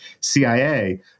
CIA